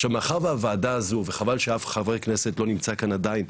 עכשיו מאחר והוועדה הזו וחבל שאף חבר כנסת לא נמצא כאן עדיין,